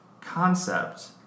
concept